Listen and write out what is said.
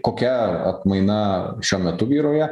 kokia atmaina šiuo metu vyrauja